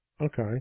okay